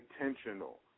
intentional